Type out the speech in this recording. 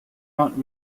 not